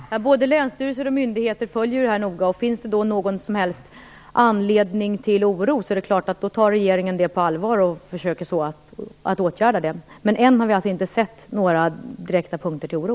Herr talman! Både länsstyrelser och myndigheter följer det här noga, och om det finns någon som helst anledning till oro kommer regeringen självfallet att ta det på allvar och försöka åtgärda det. Men än har vi alltså inte sett något som direkt ger anledning till oro.